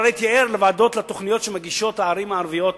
אבל הייתי ער לתוכניות שמגישות הערים הערביות